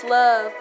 love